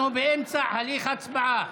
אנחנו באמצע הליך הצבעה.